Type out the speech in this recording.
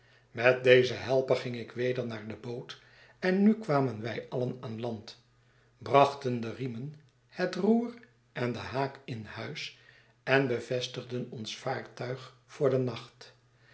met dezen helper ging ik weder naar de boot en nu kwamen wij alien aan land brachten de riemen het roer en den haak in huis en bevestigden ons vaartuig voor den nacht